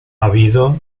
habido